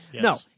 No